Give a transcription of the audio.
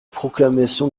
proclamation